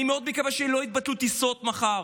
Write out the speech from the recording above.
אני מאוד מקווה שלא יתבטלו טיסות מחר.